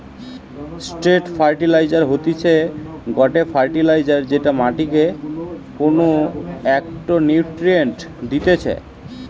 straight fertiliser হতিছে গটে fertiliser যেটা মাটিকে কোনো একটো নিউট্রিয়েন্ট দিতেছে